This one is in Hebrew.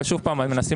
אבל שוב אנחנו מנסים,